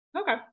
Okay